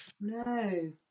no